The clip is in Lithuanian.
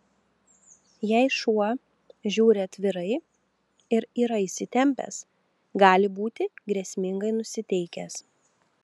jei šuo žiūri atvirai ir yra įsitempęs gali būti grėsmingai nusiteikęs